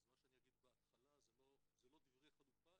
אז מה שאני אגיד בהתחלה זה לא דברי חנופה,